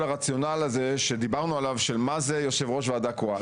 הרציונל שדיברנו עליו של מה זה יושב ראש ועדה קרואה.